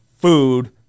food